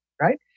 right